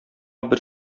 бер